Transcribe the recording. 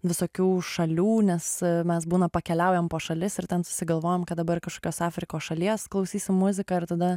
visokių šalių nes mes būna pakeliaujam po šalis ir ten susigalvojam kad dabar kažkokios afrikos šalies klausysim muziką ir tada